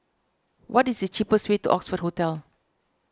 what is the cheapest way to Oxford Hotel